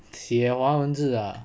写华文字 ah